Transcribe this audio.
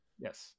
Yes